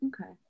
Okay